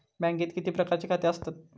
बँकेत किती प्रकारची खाती आसतात?